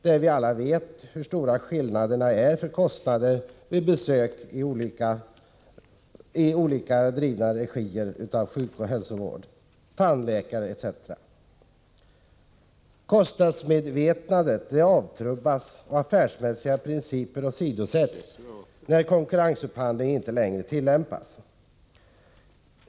Vi vet — Nr 22 alla hur stora skillnaderna i kostnader är för läkaroch tandläkarbesök vid Onsdagen den inrättningar med olika regiform. Kostnadsmedvetandet avtrubbas, och 7november 1984 affärsmässiga principer åsidosätts när konkurrensupphandling inte längre tillämpas.